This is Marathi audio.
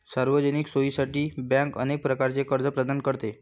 सार्वजनिक सोयीसाठी बँक अनेक प्रकारचे कर्ज प्रदान करते